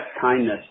kindness